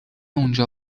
اونجا